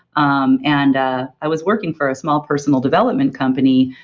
um and i was working for a small personal development company.